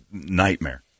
nightmare